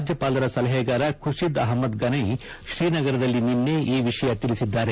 ರಾಜ್ಯಪಾಲರ ಸಲಹೆಗಾರ ಖುರ್ಷಿದ್ ಅಹಮದ್ ಗನ್ವೆ ಶ್ರೀನಗರದಲ್ಲಿ ನಿನ್ನೆ ಈ ವಿಷಯ ತಿಳಿಸಿದ್ದಾರೆ